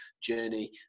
journey